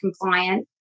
compliant